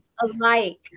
alike